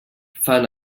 fan